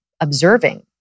observing